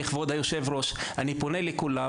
אני פונה לכבוד היושב-ראש,